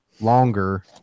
longer